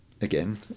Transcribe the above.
again